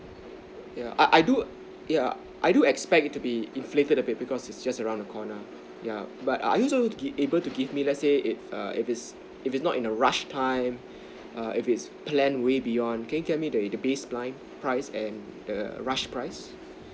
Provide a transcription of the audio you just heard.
yeah I I do yeah I do expect to be inflated a bit because is just around the corner yeah but are are you also able to give me let's say it err if it's not in the rush time err if it's plan way beyond can you get me the best prime price and the rough price